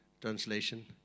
translation